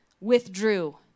withdrew